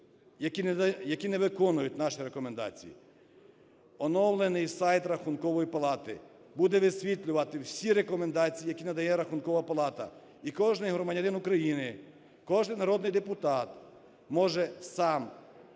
які не виконують наші рекомендації. Оновлений сайт Рахункової палати буде висвітлювати всі рекомендації, які надає Рахункова палата. І кожний громадянин України, кожний народний депутат може сам